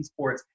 esports